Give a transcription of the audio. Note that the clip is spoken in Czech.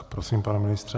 Prosím, pane ministře.